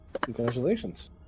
Congratulations